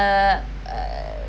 err